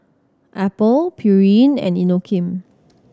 Apple Pureen and Inokim